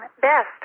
best